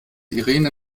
irene